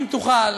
אם תוכל,